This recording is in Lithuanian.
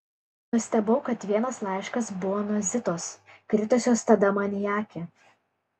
nustebau kad vienas laiškas buvo nuo zitos kritusios tada man į akį